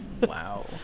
Wow